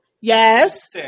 Yes